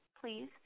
please